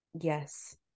yes